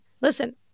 listen